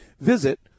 Visit